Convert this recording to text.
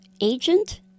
Agent